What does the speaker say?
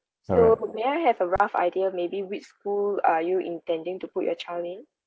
so may I have a rough idea maybe which school are you intending to put your child in